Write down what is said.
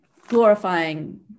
glorifying